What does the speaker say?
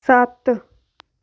ਸੱਤ